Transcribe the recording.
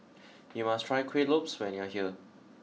you must try Kueh Lopes when you are here